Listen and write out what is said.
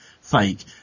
fake